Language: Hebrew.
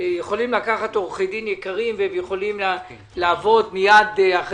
אנחנו לא מדברים פה קואליציה אופוזיציה.